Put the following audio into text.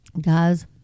guys